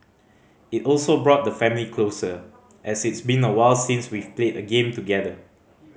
it also brought the family closer as it's been awhile since we've played a game together